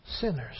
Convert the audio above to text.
Sinners